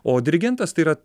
o dirigentas tai yra